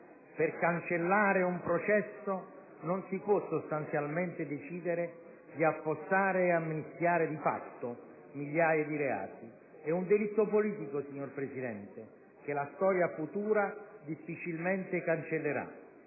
Per cancellare un processo non si può sostanzialmente decidere di affossare e amnistiare di fatto migliaia di reati. È un delitto politico, signor Presidente, che la storia futura difficilmente cancellerà.